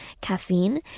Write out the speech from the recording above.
caffeine